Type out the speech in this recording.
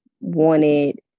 wanted